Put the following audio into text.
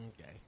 Okay